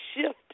shift